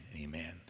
amen